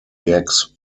gags